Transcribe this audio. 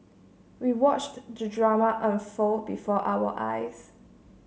we watched the drama unfold before our eyes